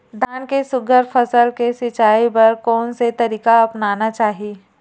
धान के सुघ्घर फसल के सिचाई बर कोन से तरीका अपनाना चाहि?